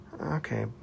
Okay